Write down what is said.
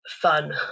fun